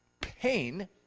pain